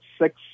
six